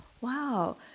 wow